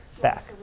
back